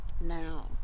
Now